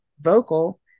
vocal